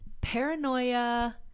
paranoia